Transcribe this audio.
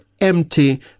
empty